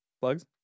plugs